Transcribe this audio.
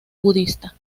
budista